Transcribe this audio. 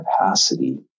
capacity